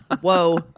whoa